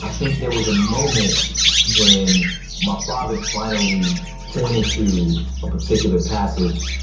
think there was a moment when my father finally pointed to a particular passage,